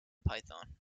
python